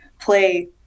play